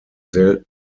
selten